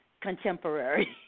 contemporary